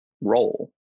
role